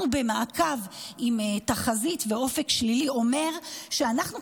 במעקב עם תחזית ואופק שלילי אומרת שאנחנו,